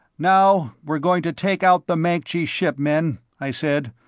now we're going to take out the mancji ship, men, i said.